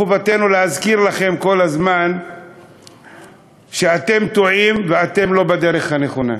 מחובתנו להזכיר לכם כל הזמן שאתם טועים ואתם לא בדרך הנכונה.